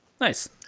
nice